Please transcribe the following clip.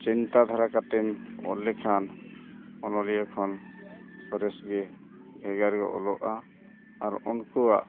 ᱪᱤᱱᱛᱟᱹ ᱫᱷᱟᱨᱟ ᱠᱟᱛᱮᱫ ᱚᱞ ᱞᱮᱠᱷᱟᱱ ᱚᱱᱚᱞᱤᱭᱟᱹ ᱠᱷᱚᱱ ᱥᱚᱨᱮᱥ ᱜᱮ ᱵᱷᱮᱜᱟᱨ ᱜᱮ ᱚᱞᱚᱜᱼᱟ ᱟᱨ ᱩᱱᱠᱩᱣᱟᱜ